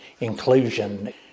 inclusion